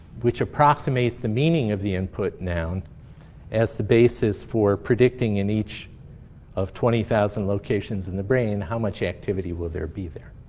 which approximates the meaning of the input noun as the basis for predicting in each of twenty thousand locations in the brain, how much activity will there be there.